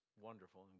wonderful